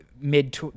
Mid